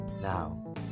Now